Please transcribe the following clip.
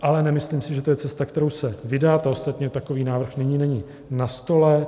Ale nemyslím si, že to je cesta, kterou se vydat, ostatně takový návrh nyní není na stole.